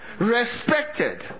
respected